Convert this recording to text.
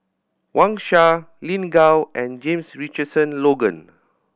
Wang Sha Lin Gao and James Richardson Logan